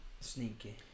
sneaky